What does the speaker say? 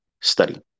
study